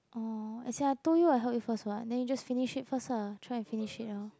oh as in I told you I help you first [what] then you just finish it first ah try to finish it ah